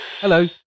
Hello